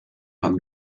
pan